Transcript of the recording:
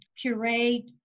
puree